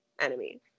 enemy